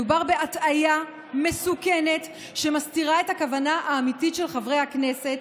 מדובר בהטעיה מסוכנת שמסתירה את הכוונה האמיתית של חברי הכנסת: